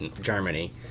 Germany